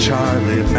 Charlie